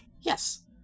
Yes